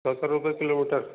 सत्रह रुपये किलोमीटर